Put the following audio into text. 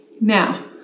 Now